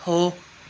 हो